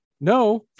no